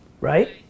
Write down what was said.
Right